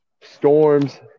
storms